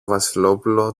βασιλόπουλο